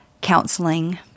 counseling